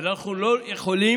אנחנו לא יכולים,